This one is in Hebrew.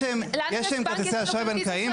יש להם כרטיסי אשראי בנקאיים.